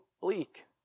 bleak